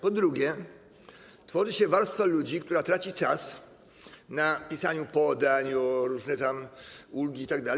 Po drugie, tworzy się warstwa ludzi, którzy tracą czas na pisanie podań o różne ulgi itd.